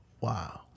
Wow